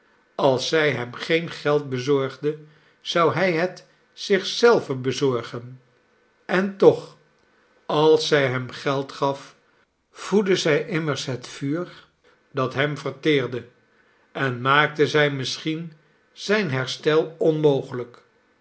als zij hem geen geld bezorgde zou hij het zich zelven bezorgen en toch als zij hem geld gaf voedde zij immers het vuur dat hem verteerde en maakte zij misschien zijn herstel onmogelijk